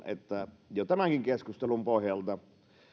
että jo tämänkin keskustelun pohjalta